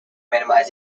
minimize